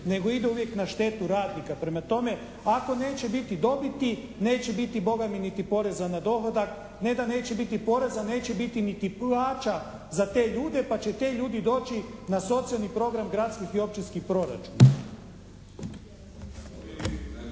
nego uvijek ide na štetu radnika. Prema tome, ako neće biti dobiti, neće biti Boga mi niti poreza na dohodak. Ne da neće biti poreza, neće biti niti plaća za te ljude, pa će ti ljudi doći na socijalni program gradskih i općinskih proračuna.